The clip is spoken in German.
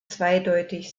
zweideutig